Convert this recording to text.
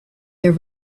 their